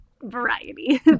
variety